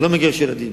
אני לא מגרש ילדים.